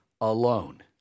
alone